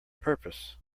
purpose